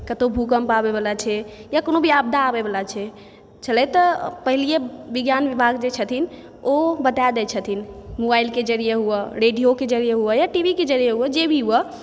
कतौ भुकम्प आबय वाला छै या कोनो भी आपदा आबय वाला छलै तऽ पहिलहिये विज्ञान विभाग जे छथिन ओ बता दै छथिन मोबाइलके जरिये हुए रेडियोके जरिये हुए या टीवी के जरिये हुए जे भी हुए